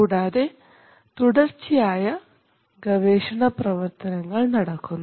കൂടാതെ തുടർച്ചയായ ഗവേഷണ പ്രവർത്തനങ്ങൾ നടക്കുന്നു